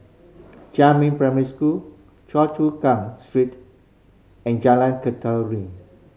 Jiemin Primary School Choa Chu Kang Street and Jalan